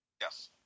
Yes